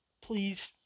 Please